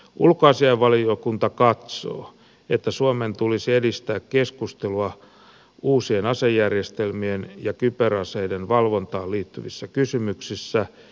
ulkoasiainvaliokunta katsoo että suomen tulisi edistää keskustelua uusien asejärjestelmien ja kyberaseiden valvontaan liittyvissä kysymyksissä